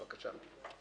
תודה.